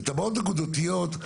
תב"עות נקודתיות,